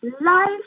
life